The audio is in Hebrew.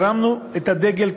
הרמנו את הדגל,